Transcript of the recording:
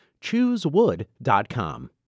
Choosewood.com